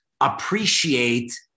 appreciate